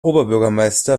oberbürgermeister